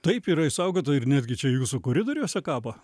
taip yra išsaugota ir netgi čia jūsų koridoriuose kabo